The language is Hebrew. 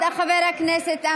חברי הכנסת, נא להקשיב.